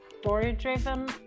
story-driven